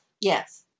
Yes